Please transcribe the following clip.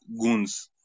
goons